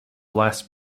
last